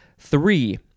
Three